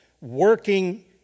working